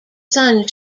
son